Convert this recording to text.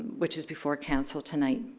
which is before council tonight.